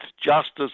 justice